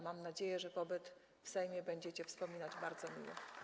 Mam nadzieję, że pobyt w Sejmie będziecie wspominać bardzo miło.